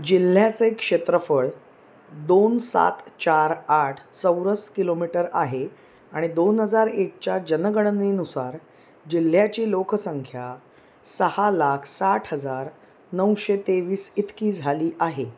जिल्ह्याचं एक क्षेत्रफळ दोन सात चार आठ चौरस किलोमीटर आहे आणि दोन हजार एकच्या जनगणनेनुसार जिल्ह्याची लोकसंख्या सहा लाख साठ हजार नऊशे तेवीस इतकी झाली आहे